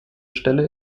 stelle